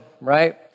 right